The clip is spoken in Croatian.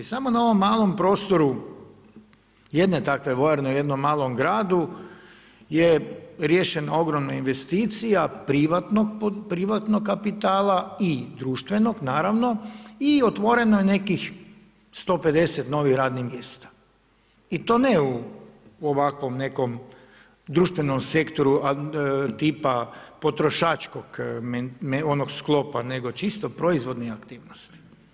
Samo na ovom malom prostoru jedne takve vojarne u jednom malom gradu je riješena ogromna investicija privatnog kapitala i društvenog naravno i otvoreno je nekih 150 novih radnih mjesta i to ne u ovakvom nekom društvenom sektoru tipa potrošačkom onog sklopa, nego čisto proizvodne aktivnosti.